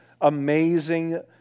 amazing